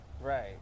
Right